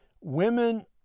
Women